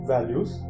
Values